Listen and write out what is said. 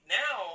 now